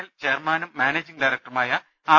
L ചെയർമാനും managing ഡയറക്ടറുമായ R